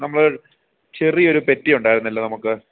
നമ്മൾ ചെറിയൊരു പെറ്റി ഉണ്ടായിരുന്നല്ലൊ നമുക്ക്